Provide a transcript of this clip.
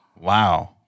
wow